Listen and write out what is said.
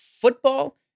football